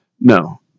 No